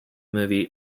movie